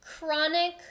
chronic